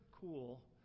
cool